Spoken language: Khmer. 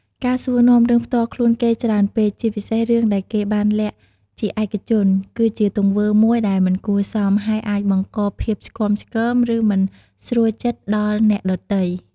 ការសួរនាំរឿងផ្ទាល់ខ្លួនគេច្រើនពេក ជាពិសេសរឿងដែលគេបានលាក់ជាឯកជន គឺជាទង្វើមួយដែល មិនគួរសម ហើយអាចបង្ក ភាពឆ្គាំឆ្គង ឬមិនស្រួលចិត្ត ដល់អ្នកដទៃ។